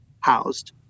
housed